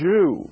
Jew